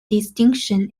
distinction